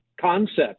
concept